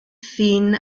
finn